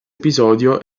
episodio